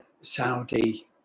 Saudi